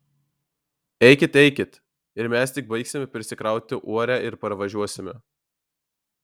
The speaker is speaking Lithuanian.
eikit eikit ir mes tik baigsime prisikrauti uorę ir parvažiuosime